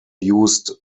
used